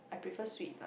I prefer sweet lah